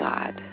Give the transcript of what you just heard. God